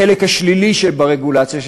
החלק השלילי שברגולציה,